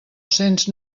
cents